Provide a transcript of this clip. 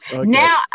Now